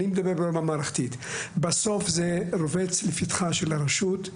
אני מדבר ברמה המערכתית: בסוף זה רובץ לפתחה של הרשות,